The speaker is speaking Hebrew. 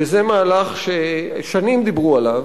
וזה מהלך ששנים דיברו עליו,